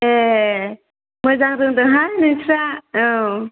ए मोजां रोंदोंहाय नोंस्रा औ